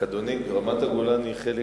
רק, אדוני, רמת-הגולן היא חלק